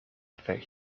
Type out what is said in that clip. affect